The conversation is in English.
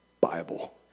Bible